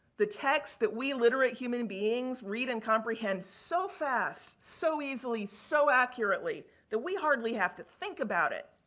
the text that we literate human beings read and comprehend so fast so easily so accurately that we hardly have to think about it.